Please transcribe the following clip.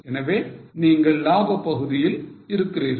எனவே நீங்கள் லாப பகுதியில் இருக்கிறீர்கள்